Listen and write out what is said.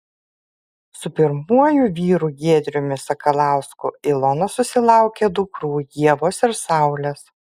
su pirmuoju vyru giedriumi sakalausku ilona susilaukė dukrų ievos ir saulės